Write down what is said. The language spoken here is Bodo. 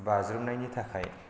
बाज्रुमनायनि थाखाय